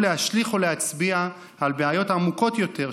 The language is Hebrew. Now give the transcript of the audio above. להשליך או להצביע על בעיות עמוקות יותר,